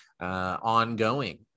ongoing